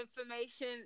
information